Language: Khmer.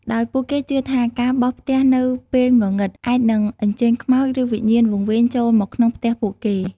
ដោយពួកគេជឿថា ការបោសផ្ទះនៅពេលងងឹត អាចនឹងអញ្ជើញខ្មោច ឬវិញ្ញាណវង្វេងចូលមកក្នុងផ្ទះពួកគេ។